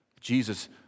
Jesus